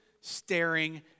staring